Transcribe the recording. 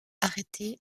arrêtée